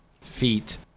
feet